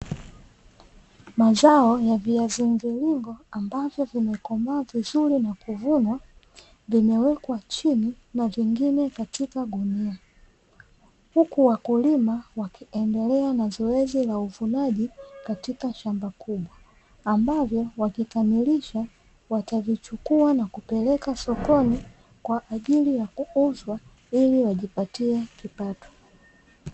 Mazao ya viazi mviringo ambavyo vimekomaa vizuri na kuvunwa, vimewekwa chini na vingine katika gunia, huku wakulima wakiendelea na zoezi la uvunaji katika shamba kubwa, ambvyo wakikamilisha watavichukua na kupeleka sokoni, kwa ajili ya kuuzwa ili wajipatie kipato.